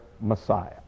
Messiah